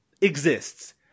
exists